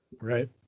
Right